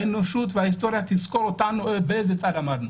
האנושות וההיסטוריה יזכרו באיזה צד עמדנו.